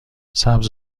سبز